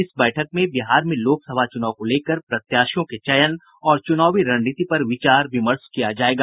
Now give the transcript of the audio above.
इस बैठक में बिहार में लोकसभा चुनाव को लेकर प्रत्याशियों के चयन और चुनावी रणनीति पर विचार विमर्श किया जायेगा